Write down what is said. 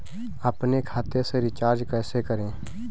अपने खाते से रिचार्ज कैसे करें?